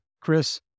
Chris